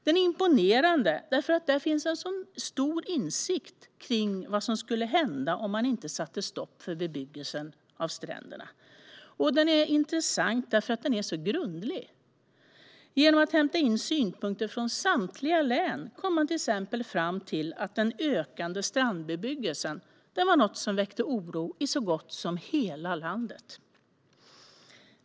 Den är imponerande därför att där finns en stor insikt kring vad som skulle hända om man inte satte stopp för bebyggelse på stränderna, och den är intressant därför att den så grundlig. Genom att hämta in synpunkter från samtliga län kom man till exempel fram till att den ökande strandbebyggelsen var något som väckte oro i så gott som hela landet.